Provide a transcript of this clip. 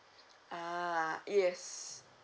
uh yes